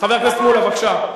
חבר הכנסת מולה, בבקשה.